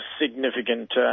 significant